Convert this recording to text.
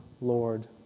Lord